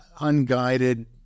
unguided